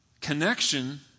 connection